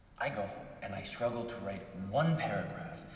i go home and i struggle to write one paragraph,